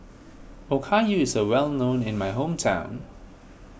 Okayu is a well known in my hometown